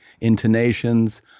intonations